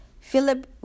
Philip